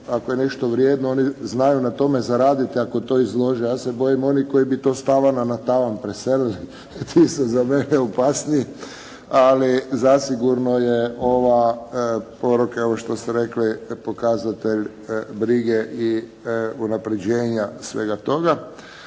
ako je nešto vrijedno, oni znaju na tome zaraditi ako to izlože. Ja se bojim onih koji bi to stalno na tavan preselili. Ti su za mene opasniji, ali zasigurno je ova poruka što ste rekli pokazatelj brige i unapređenja svega toga.